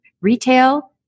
retail